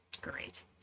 Great